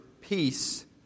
peace